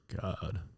God